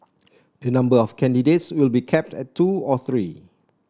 the number of candidates will be capped at two or three